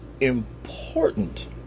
important